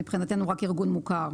מבחינתנו רק ארגון מוכר.